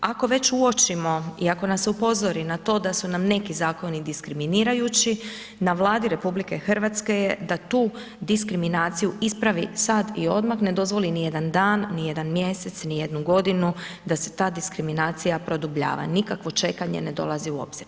Ako već uočimo i ako nas upozori na to da su nam neki zakoni diskriminirajući, na Vladi RH je da tu diskriminaciju ispravi sad i odmah, ne dozvoli nijedan dan, nijedan mjesec, nijednu godinu da se ta diskriminacija produbljava, nikakvo čekanje ne dolazi u obzir.